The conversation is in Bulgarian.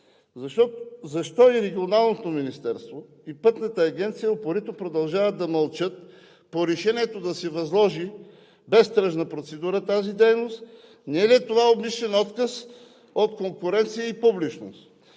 Защо и Регионалното министерство, и Пътната агенция упорито продължават да мълчат по решението да се възложи без тръжна процедура тази дейност, не е ли това умишлен отказ от конкуренция и публичност?